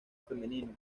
femenino